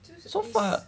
so far